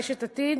רשת "עתיד",